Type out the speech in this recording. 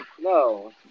no